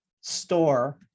store